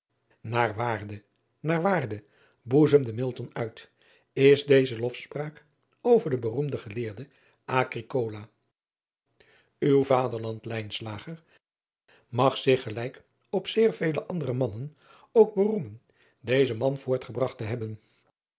aar waarde naar waarde boezemde uit is deze lofspraak over den beroemden geleerde w vaderland mag zich gelijk op zeer vele andere mannen ook beroemen dezen man voortgebragt te hebben